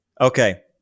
Okay